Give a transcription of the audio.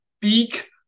beak